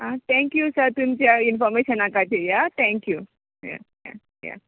आं thank you sir तुमच्या इनफॉर्मेशना खातीर हां थँक यू या या या